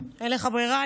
אין לך ברירה,